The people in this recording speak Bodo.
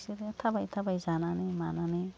इसोरो थाबाय थाबाय जानानै मानानै